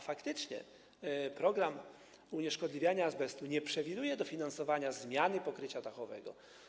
Faktycznie, program unieszkodliwiania azbestu nie przewiduje dofinansowania zmiany pokrycia dachowego.